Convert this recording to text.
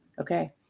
Okay